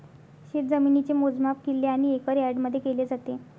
शेतजमिनीचे मोजमाप किल्ले आणि एकर यार्डमध्ये केले जाते